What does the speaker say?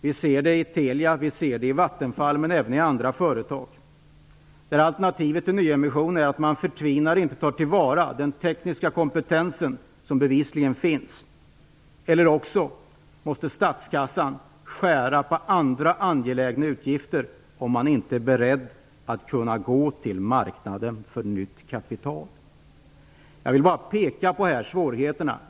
Vi ser det i Telia och i Vattenfall, men även i andra företag. Alternativet till nyemissioner är att man förtvinar, inte tar till vara, den tekniska kompetens som bevisligen finns. Om man inte är beredd att kunna gå till marknaden för nytt kapital måste statskassan skära på andra angelägna utgifter. Är man beredd till det? Jag vill bara peka på svårigheterna.